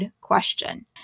question